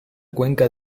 cuenca